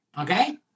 okay